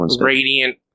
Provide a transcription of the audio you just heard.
radiant